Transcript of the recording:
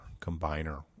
combiner